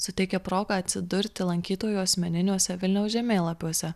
suteikia progą atsidurti lankytojų asmeniniuose vilniaus žemėlapiuose